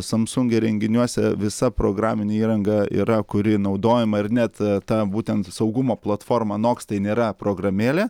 samsung įrenginiuose visa programinė įranga yra kuri naudojama ir net ta būtent saugumo platforma noks tai nėra programėlė